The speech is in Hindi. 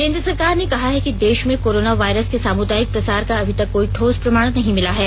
केन्द्र सरकार ने कहा है कि देश में कोरोना वायरस के सामुदायिक प्रसार का अभी तक कोई ठोस प्रमाण नहीं मिला है